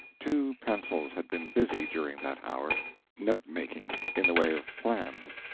two pencils had been busy during that hour note-making in the way of plans.